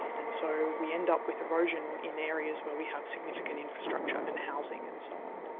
and so we end up with erosion in areas where we have significant infrastructure and housing and so on.